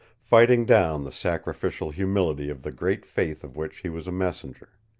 fighting down the sacrificial humility of the great faith of which he was a messenger.